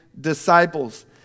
disciples